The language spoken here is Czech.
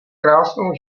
krásnou